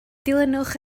dilynwch